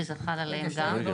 כי זה חל עליהם גם.